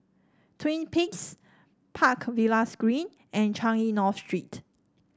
Twin Peaks Park Villas Green and Changi North Street